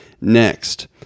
Next